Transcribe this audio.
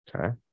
Okay